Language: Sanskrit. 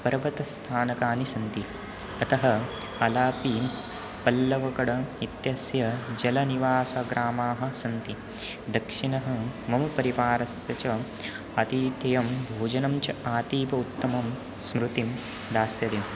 पर्वतस्थानानि सन्ति अतः अलापी पल्लवकड् इत्यस्य जलनिवासग्रामाः सन्ति दक्षिणः मम परिवारस्य च अतीतियं भोजनं च अतीव उत्तमं स्मृतिं दास्यति